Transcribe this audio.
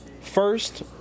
first